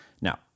Now